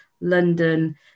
London